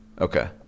Okay